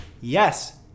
Yes